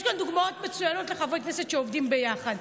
יש כאן דוגמאות מצוינות לחברי כנסת שעובדים ביחד.